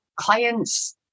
clients